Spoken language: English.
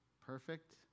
Perfect